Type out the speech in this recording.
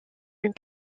une